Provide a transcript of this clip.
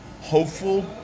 hopeful